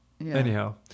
Anyhow